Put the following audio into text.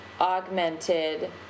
augmented